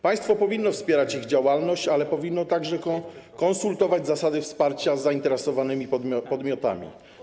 Państwo powinno wspierać ich działalność, ale także konsultować zasady wsparcia z zainteresowanymi podmiotami.